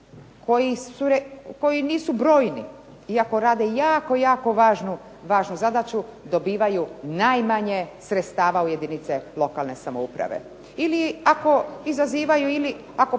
koji nisu brojni, iako rade važnu zadaću dobivaju najmanje sredstava u jedinice lokalne samouprave. Ili ako prozivaju vlast